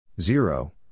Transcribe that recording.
Zero